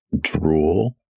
drool